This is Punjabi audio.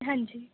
ਹਾਂਜੀ